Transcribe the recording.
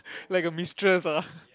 like a mistress ah